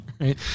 right